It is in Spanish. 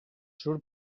sur